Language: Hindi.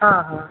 हाँ हाँ